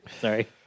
Sorry